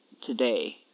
today